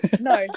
No